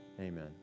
Amen